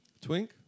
Twink